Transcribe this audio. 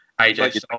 AJ